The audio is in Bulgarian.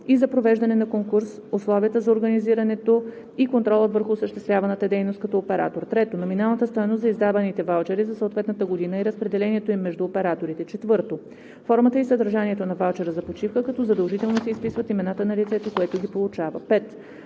и за провеждане на конкурс, условията за организирането и контрола върху осъществяваната дейност като оператор; 3. номиналната стойност на издаваните ваучери за съответната година и разпределението им между операторите; 4. формата и съдържанието на ваучера за почивка, като задължително се изписват имената на лицето, което ги получава; 5.